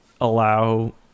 allow